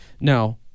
Now